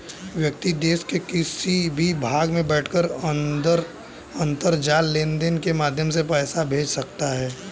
व्यक्ति देश के किसी भी भाग में बैठकर अंतरजाल लेनदेन के माध्यम से पैसा भेज सकता है